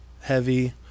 heavy